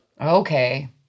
okay